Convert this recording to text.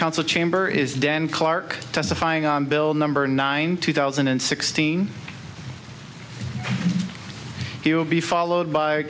council chamber is then clarke testifying on bill number nine two thousand and sixteen he will be followed by